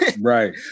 right